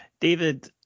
David